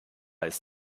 ist